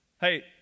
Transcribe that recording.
Hey